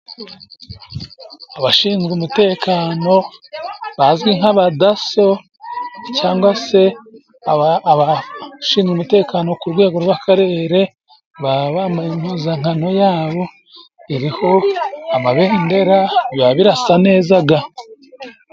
Abashinzwe umutekano bazwi nk'aba daso cyangwa se aba abashinzwe umutekano ku rwego rw'akarere baba bambaye impuzankano yabo iriho amabendera biba birasa neza ga.